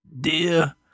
Dear